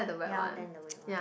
ya oh then the wet one